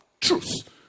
truth